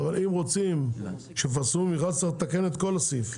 אבל אם רוצים שיפרסמו מכרז צריך לתקן את כל הסעיף.